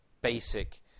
basic